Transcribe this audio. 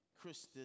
Christus